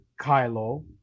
Kylo